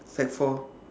sec four